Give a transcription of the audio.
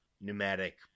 pneumatic